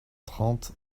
trente